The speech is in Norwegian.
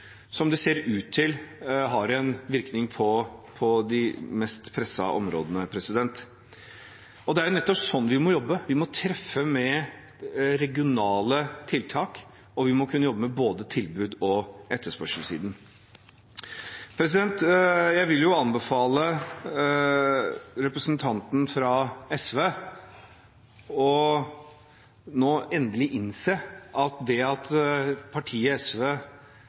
som det ser ut til har en virkning på de mest pressede områdene. Det er nettopp slik vi må jobbe. Vi må treffe med regionale tiltak, og vi må kunne jobbe med både tilbuds- og etterspørselssiden. Jeg vil anbefale representanten fra SV nå endelig å innse at det at partiet SV